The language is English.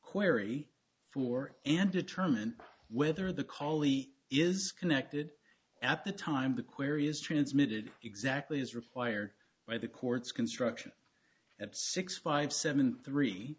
query for and determine whether the collie is connected at the time the query is transmitted exactly as required by the court's construction at six five seven three